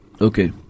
Okay